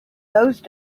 those